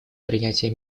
принятия